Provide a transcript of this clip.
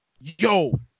Yo